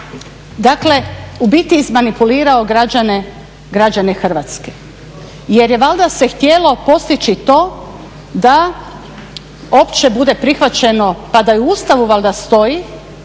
dakle u biti izmanipulirao građane Hrvatske jer je valjda se htjelo postići to da opće bude prihvaćeno pa da i u Ustavu valjda stoji